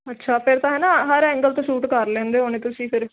ਅੱਛਾ ਫਿਰ ਤਾਂ ਨਾ ਹਰ ਐਂਗਲ ਤੋਂ ਸ਼ੂਟ ਕਰ ਲੈਂਦੇ ਹੋਣੇ ਤੁਸੀਂ ਫਿਰ